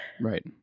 Right